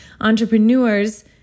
entrepreneurs